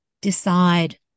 decide